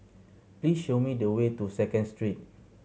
please show me the way to Second Street